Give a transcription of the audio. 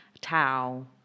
towel